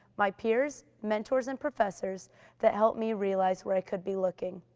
my peers, mentors and professors that helped me realize where i could be looking.